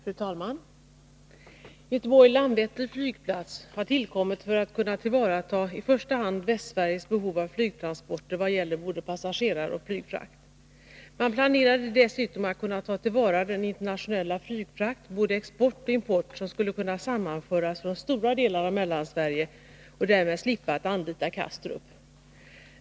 Fru talman! Landvetters flygplats utanför Göteborg har tillkommit för att tillvarata i första hand Västsveriges behov av flygtransporter vad gäller både passagerare och flygfrakt. Man planerade dessutom att kunna ta till vara den internationella flygfrakt, både för export och för import, som skulle kunna sammanföras från stora delar av Mellansverige, och därmed slippa anlita Kastrup.